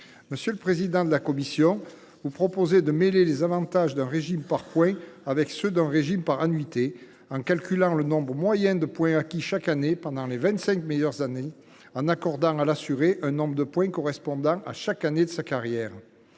Monsieur le président de la commission, vous proposez de mêler les avantages d’un régime par points avec ceux d’un régime par annuités, en calculant le nombre moyen de points acquis chaque année pendant les vingt cinq meilleures années et en accordant à l’assuré un nombre de points correspondant à chaque année de sa carrière.